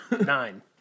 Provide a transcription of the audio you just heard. nine